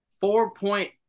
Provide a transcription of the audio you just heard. four-point